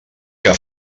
que